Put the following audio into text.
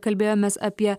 kalbėjomės apie